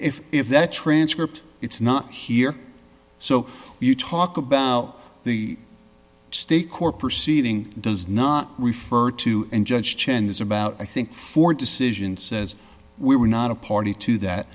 if if that transcript it's not here so you talk about the state court proceeding does not refer to and judge chen is about i think four decision says we were not a party to that